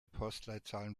postleitzahlen